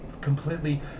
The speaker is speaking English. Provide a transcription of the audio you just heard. completely